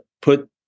put